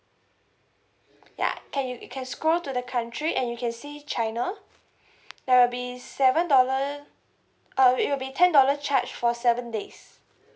ya can you can scroll to the country and you can see china there will be seven dollar uh it will be ten dollar charge for seven days